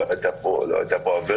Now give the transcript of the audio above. לא הייתה פה עבירה,